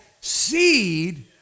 seed